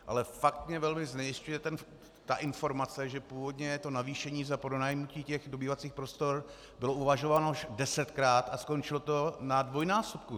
Ale fakt mě velmi znejisťuje ta informace, že původně je to navýšení za pronajmutí dobývacích prostor bylo uvažováno desetkrát a skončilo to na dvojnásobku.